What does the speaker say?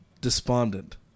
despondent